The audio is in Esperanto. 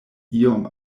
iom